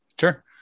Sure